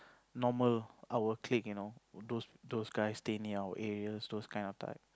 normal our clique you know those those guys stay near our areas those kind of type